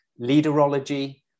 Leaderology